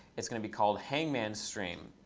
it's going to be called hangman-stream.